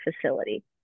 facility